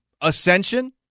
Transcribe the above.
ascension